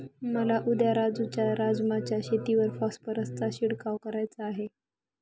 मला उद्या राजू च्या राजमा च्या शेतीवर फॉस्फरसचा शिडकाव करायचा आहे